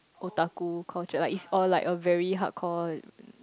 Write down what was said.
Otaku culture like if or like a very hardcore um